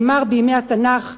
נאמר בימי התנ"ך: